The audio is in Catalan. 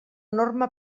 norma